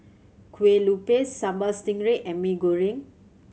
Kueh Lupis Sambal Stingray and Mee Goreng